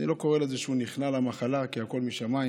אני לא קורא לזה כניעה למחלה, כי הכול משמיים,